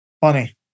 funny